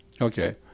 Okay